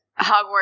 Hogwarts